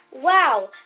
wow.